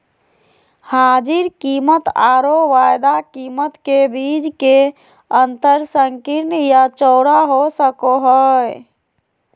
हाजिर कीमतआरो वायदा कीमत के बीच के अंतर संकीर्ण या चौड़ा हो सको हइ